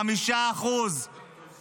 5%. סימון,